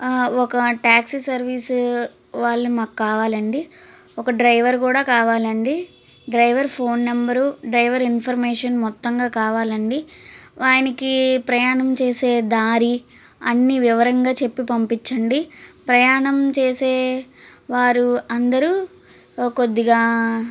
ఒక taxi service వాళ్ళు మాకు కావాలండి ఒక డ్రైవర్ కూడా కావాలండి driver phone number driver information మొత్తంగా కావాలండి ఆయనకి ప్రయాణం చేసే దారి అన్ని వివరంగా చెప్పి పంపించండి ప్రయాణం చేసే వారు అందరు కొద్దిగా